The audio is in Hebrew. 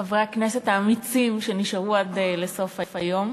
חברי הכנסת האמיצים שנשארו עד לסוף היום,